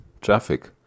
Traffic